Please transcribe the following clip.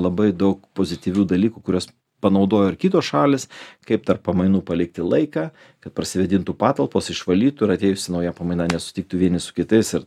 labai daug pozityvių dalykų kuriuos panaudojo ir kitos šalys kaip tarp pamainų palikti laiką kad prasivėdintų patalpos išvalytų ir atėjusi nauja pamaina nesusitiktų vieni su kitais ir